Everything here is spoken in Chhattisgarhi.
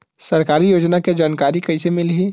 सरकारी योजना के जानकारी कइसे मिलही?